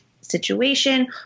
situation